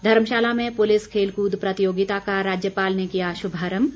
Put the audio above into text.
धर्मशाला में पुलिस खेलकूद प्रतियोगिता का राज्यपाल ने किया शुभारम्म